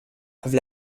have